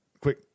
quick